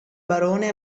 barone